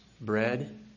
Bread